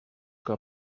que